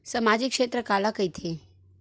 सामजिक क्षेत्र काला कइथे?